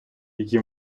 які